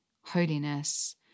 holiness